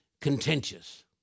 contentious